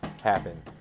happen